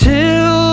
Till